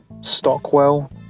Stockwell